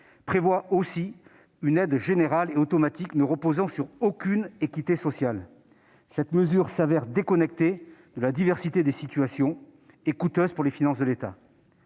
prévoit une aide générale et automatique ne reposant sur aucune équité sociale. Cette mesure se révèle déconnectée de la diversité des situations et coûteuse pour les finances de l'État.